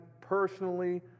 personally